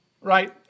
right